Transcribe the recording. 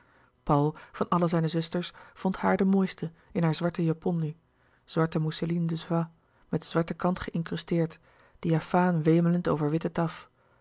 paul van alle zijne zusters vond haar de mooiste in haar zwarte japon nu zwarte mousseline de soie met zwarte kant geïncrusteerd diafaan wemelend over witte